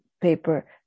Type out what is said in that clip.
paper